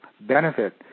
benefit